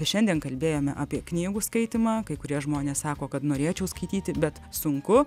šiandien kalbėjome apie knygų skaitymą kai kurie žmonės sako kad norėčiau skaityti bet sunku